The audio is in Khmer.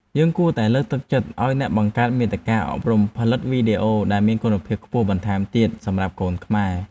យើងគួរតែលើកទឹកចិត្តឱ្យអ្នកបង្កើតមាតិកាអប់រំផលិតវីដេអូដែលមានគុណភាពខ្ពស់បន្ថែមទៀតសម្រាប់កូនខ្មែរ។